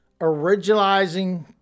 Originalizing